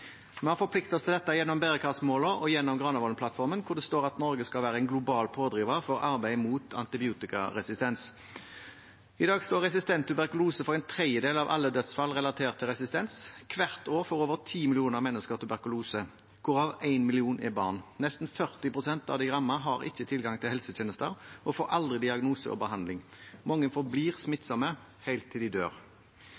Vi har forpliktet oss til dette gjennom bærekraftsmålene og gjennom Granavolden-plattformen, hvor det står at Norge skal være en global pådriver for arbeid mot antibiotikaresistens. I dag står resistent tuberkulose for en tredjedel av alle dødsfall relatert til resistens. Hvert år får over ti millioner mennesker tuberkulose, hvorav en million er barn. Nesten 40 pst. av de rammede har ikke tilgang til helsetjenester og får aldri diagnose og behandling. Mange forblir